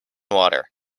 water